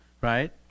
right